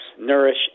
nourish